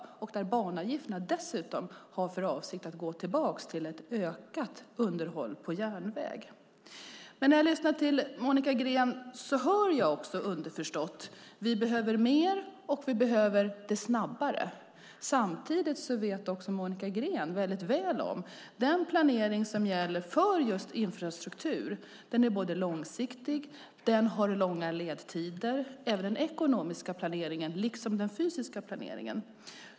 Dessutom är avsikten att banavgifterna ska gå tillbaka och användas för ökat underhåll på järnväg. När jag lyssnar på Monica Green hör jag, underförstått, att hon anser att vi behöver mer och snabbare. Samtidigt vet Monica Green mycket väl att den planering som gäller för infrastruktur både är långsiktig och har långa ledtider. Det gäller såväl den ekonomiska som den fysiska planeringen.